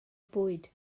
bwyd